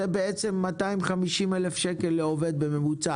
עלות התוכנית לעובד היא 250,000 שקל בממוצע.